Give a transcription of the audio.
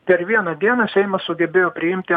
per vieną dieną seimas sugebėjo priimti